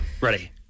Ready